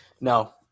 no